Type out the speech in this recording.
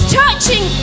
touching